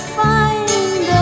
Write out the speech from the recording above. find